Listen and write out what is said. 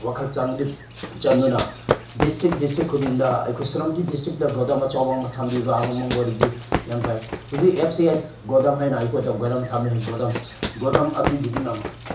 ꯋꯥꯈꯜ ꯆꯪꯗꯨꯅ district district ꯈꯨꯗꯤꯡꯗ ꯑꯩꯈꯣꯏ ꯁꯦꯅꯥꯄꯇꯤ ꯗꯤꯁꯇ꯭ꯔꯤꯛꯗ ꯒꯣꯗꯥꯎꯟ ꯑꯆꯧꯕ ꯑꯃ ꯊꯝꯕꯤꯕ ꯑꯃꯃ ꯑꯣꯏꯔꯕꯗꯤ ꯌꯥꯝ ꯐꯩ ꯍꯧꯖꯤꯛ ꯑꯦꯐ ꯁꯤ ꯑꯩꯆ ꯒꯣꯗꯥꯎꯟ ꯍꯥꯏꯅ ꯑꯩꯈꯣꯏꯗ ꯒꯣꯗꯥꯎꯟ ꯊꯝꯃꯦ ꯍꯥꯏ ꯒꯣꯗꯥꯎꯟ ꯒꯣꯗꯥꯎꯟ ꯑꯗꯨꯒꯤꯗꯨꯅ